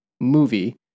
movie